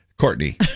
courtney